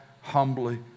humbly